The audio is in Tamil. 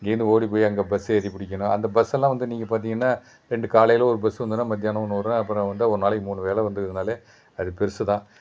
இங்கேயிருந்து ஓடிப்போய் அங்கே பஸ்ஸு ஏறி பிடிக்கணும் அந்த பஸ்ஸெல்லாம் வந்து நீங்கள் பார்த்தீங்கன்னா ரெண்டு காலையில் ஒரு பஸ்ஸு வந்துதுன்னால் மத்தியானம் ஒன்று வரும் அப்புறோம் வந்தால் ஒரு நாளைக்கு மூணு வேளை வந்ததுனாலே அது பெருசுதான்